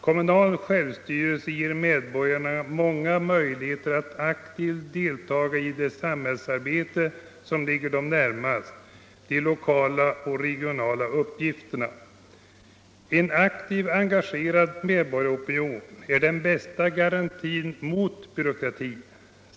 Kommunal självstyrelse ger medborgarna möjligheter att aktivt delta i det samhällsarbete, som ligger dem närmast — de lokala och regionala uppgifterna. En aktivt engagerad medborgaropinion är den bästa garantin mot byråkrati.